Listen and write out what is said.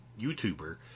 YouTuber